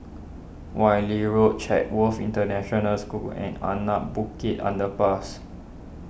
Wan Lee Road Chatsworth International School and Anak Bukit Underpass